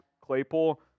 Claypool